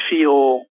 feel